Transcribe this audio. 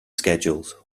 schedules